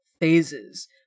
phases